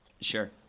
Sure